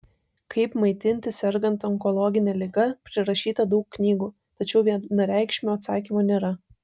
kaip maitintis sergant onkologine liga prirašyta daug knygų tačiau vienareikšmio atsakymo nėra